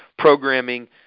programming